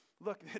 Look